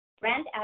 brand